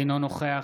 אינו נוכח